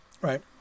right